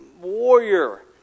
warrior